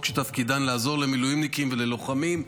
שתפקידן לעזור למילואימניקים וללוחמים.